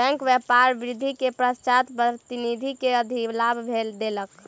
bank व्यापार वृद्धि के पश्चात प्रतिनिधि के अधिलाभ देलक